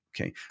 okay